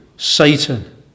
Satan